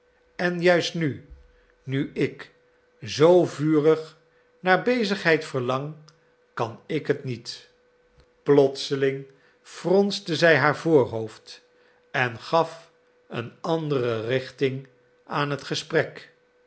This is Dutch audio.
en juist nu nu ik zoo vurig naar bezigheid verlang kan ik het niet plotseling fronste zij haar voorhoofd en gaf een andere richting aan het gesprek